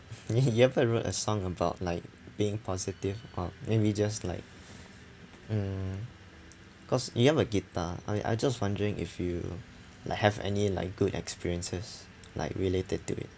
you you ever wrote a song about like being positive or maybe just like mm cause you have a guitar I mean I just wondering if you like have any like good experiences like related to it